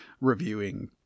reviewing